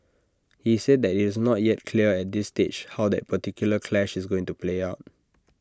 he said that IT is not yet clear at this early stage how that particular clash is going to play out